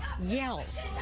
yells